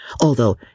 although